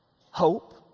Hope